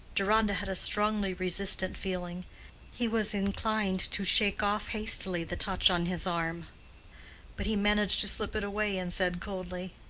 deronda had a strongly resistant feeling he was inclined to shake off hastily the touch on his arm but he managed to slip it away and said coldly,